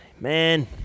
man